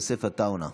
חבר הכנסת יוסף עטאונה,